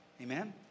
Amen